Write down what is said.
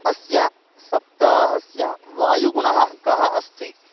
अस्य सप्ताहस्य वायुगुणः कः अस्ति